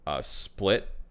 split